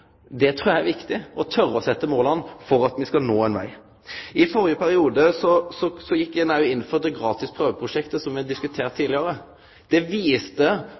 mål trur eg er viktig – å tore setje seg mål som me skal nå. I førre perioden gjekk ein òg inn for det gratis prøveprosjektet som me har diskutert tidlegare. Det viste